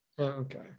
Okay